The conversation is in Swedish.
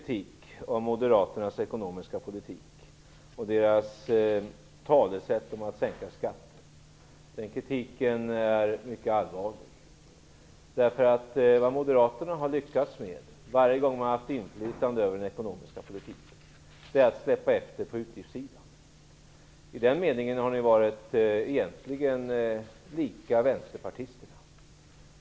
Min kritik mot Moderaternas ekonomiska politik och deras talesätt om att sänka skatterna är mycket allvarlig. Vad Moderaterna har lyckats med varje gång som de har haft inflytande över den ekonomiska politiken är att släppa efter på utgiftssidan. I den meningen har de egentligen varit ganska lika vänsterpartisterna.